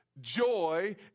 joy